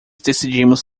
decidimos